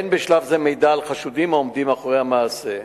אין בשלב זה מידע על חשודים העומדים מאחורי המעשה.